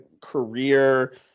career